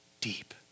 deep